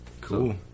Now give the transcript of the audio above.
Cool